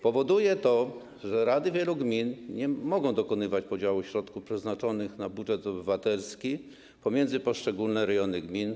Powoduje to, że rady wielu gmin nie mogą dokonywać podziału środków przeznaczonych na budżet obywatelski pomiędzy poszczególne rejony gmin.